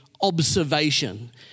observation